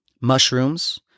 mushrooms